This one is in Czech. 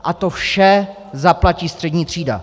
A to vše zaplatí střední třída.